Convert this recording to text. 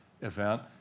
event